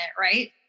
right